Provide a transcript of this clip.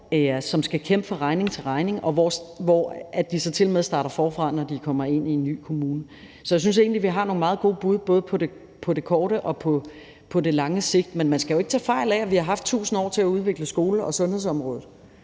som skal kæmpe fra regning til regning, og som så tilmed starter forfra, når de kommer ind i en ny kommune. Så jeg synes egentlig, vi har nogle meget gode bud, både på kort sigt og på lang sigt. Men man skal ikke tage fejl af, at vi jo har haft 1.000 år til at udvikle skole- og sundhedsområdet,